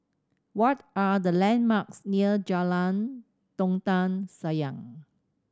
what are the landmarks near Jalan Dondang Sayang